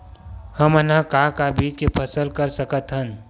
हमन ह का का बीज के फसल कर सकत हन?